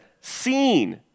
seen